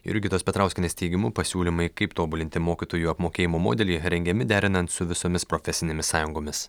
jurgitos petrauskienės teigimu pasiūlymai kaip tobulinti mokytojų apmokėjimo modelį rengiami derinant su visomis profesinėmis sąjungomis